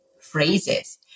phrases